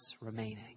remaining